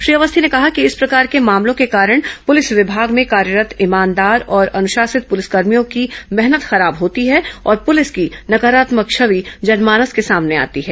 श्री अवस्थी ने कहा कि इस प्रकार के मामलों के कारण पुलिस विभाग मे कार्यरत् ईमानदार और अनुशासित पुलिसकर्भियों की मेहनत खराब होती है और पुलिस की नकारात्मक छवि जनमानस के सामने आती है